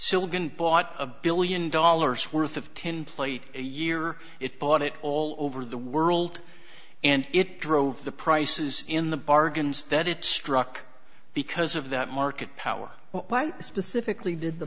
silicon bought a billion dollars worth of tinplate a year it bought it all over the world and it drove the prices in the bargains that it struck because of that market power why specifically did the